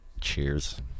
Cheers